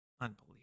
Unbelievable